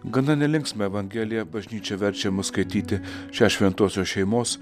gana nelinksmą evangeliją bažnyčia verčia mus skaityti šią šventosios šeimos